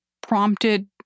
prompted